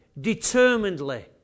determinedly